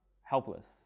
helpless